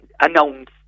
announce